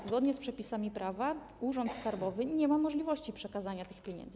Zgodnie z przepisami prawa Urząd Skarbowy nie ma możliwości przekazania tych pieniędzy.